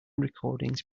recordings